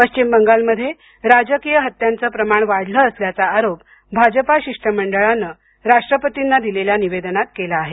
पश्चिम बंगालमध्ये राजकीय हत्त्यांचं प्रमाण वाढलं असल्याचा आरोप भाजपा शिष्टमंडळानं राष्ट्रपतींना दिलेल्या निवेदनात केला आहे